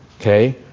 Okay